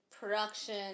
production